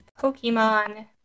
Pokemon